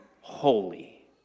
holy